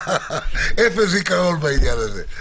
אפס זיכרון בעניין הזה.